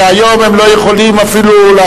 כשהיום הם לא יכולים אפילו,